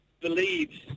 believes